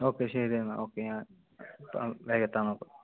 okay ശരിയെന്നാൽ okay ഞാൻ വേഗം എത്താൻ നോക്കാം